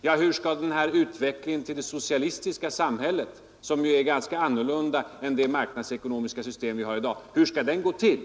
Jag frågar: Hur skall utvecklingen mot det socialistiska samhället, som ju är helt annorlunda jämfört med det marknadsekonomiska system vi har i dag, gå till?